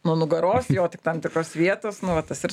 nuo nugaros jo tik tam tikros vietos nu vat tas ir